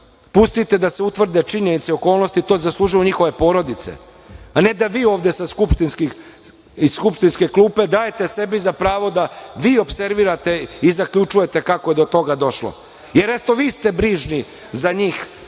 Pustite da se utvrde činjenice i okolnosti, to zaslužuju njihove porodice, a ne da vi ovde iz skupštinske klupe dajete sebi za pravo da vi opservirate i zaključujete kako je do toga došlo, jer eto, vi ste brižni za njihove